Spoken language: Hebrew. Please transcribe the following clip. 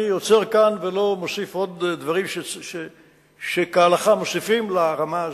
אני עוצר כאן ולא מוסיף עוד דברים שמוסיפים לרמה הזאת,